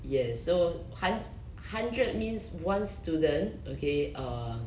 ya so hun~ hundred means one student okay err